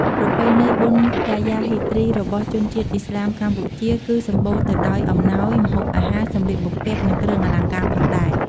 ប្រពៃណីបុណ្យរ៉ាយ៉ា ហ្វីទ្រី របស់ជនជាតិឥស្លាមកម្ពុជា គឺសម្បូរទៅដោយអំណោយ ម្ហូបអាហារ សម្លៀកបំពាក់ និងគ្រឿងអលង្ការផងដែរ។